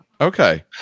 Okay